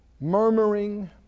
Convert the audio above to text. murmuring